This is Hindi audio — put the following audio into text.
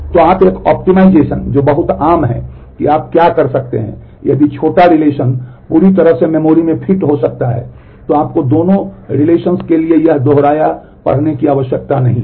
तो एक ऑप्टिमाइजेशन में फिट हो सकता है तो आपको दोनों संबंधों के लिए यह दोहराया पढ़ने की आवश्यकता नहीं है